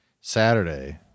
Saturday